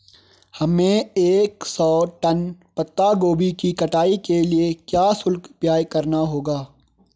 हमें एक सौ टन पत्ता गोभी की कटाई के लिए क्या शुल्क व्यय करना होगा?